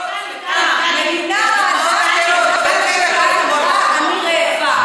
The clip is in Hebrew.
דוגמאות, המדינה רעדה, אמרה: אני רעבה.